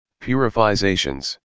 purifications